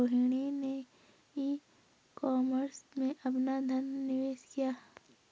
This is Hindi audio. रोहिणी ने ई कॉमर्स में अपना धन निवेश किया